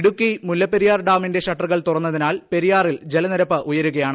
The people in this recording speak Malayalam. ഇടുക്കി മുല്ലപ്പെരിയാർ ഡാമിന്റെ ഷട്ടറുകൾ തുറന്നതിനാൽ പെരിയാറിൽ ജലനിരപ്പ് ഉയരുകയാണ്